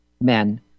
men